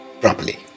properly